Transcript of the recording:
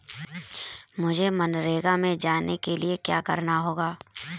मुझे मनरेगा में जाने के लिए क्या करना होगा?